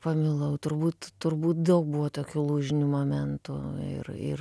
pamilau turbūt turbūt daug buvo tokių lūžinių momentu ir ir